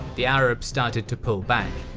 the arabs started to pull back.